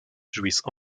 jouissent